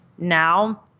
now